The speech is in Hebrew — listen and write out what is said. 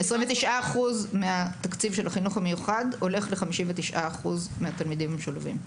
29% מהתקציב של החינוך המיוחד הולך ל-59% מהתלמידים המשולבים.